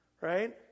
right